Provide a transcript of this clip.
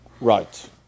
Right